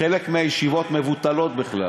חלק מהישיבות מבוטלות בכלל.